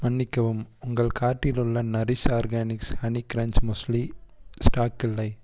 மன்னிக்கவும் உங்கள் கார்ட்டில் உள்ள nourish organics honey crunch muesli stock இல்லை